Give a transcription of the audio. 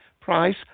price